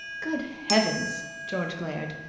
good heavens! george glared.